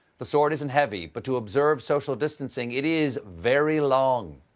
the sword isn't heavy, but to observe social distancing, it is very long.